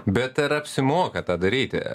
bet ar apsimoka tą daryti